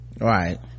right